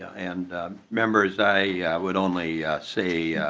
and members i would only say